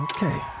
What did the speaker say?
Okay